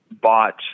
bought